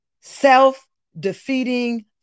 self-defeating